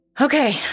Okay